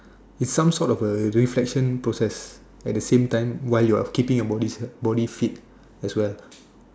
is some sort of a reflection process at the same time while you're keeping your body body fit as well